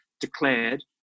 declared